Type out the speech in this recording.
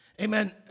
Amen